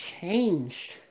changed